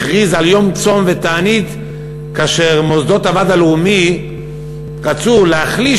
הכריז על יום צום ותענית כאשר מוסדות הוועד הלאומי רצו להחליש